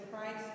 Christ